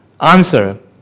answer